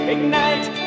Ignite